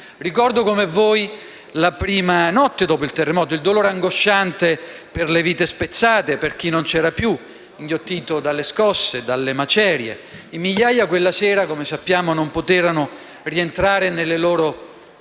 Ricordo come voi la prima notte dopo il terremoto, il dolore angosciante per le vite spezzate, per chi non c'era più, inghiottito dalle scosse e dalle macerie. In migliaia quella sera, come sappiamo, non poterono rientrare nelle loro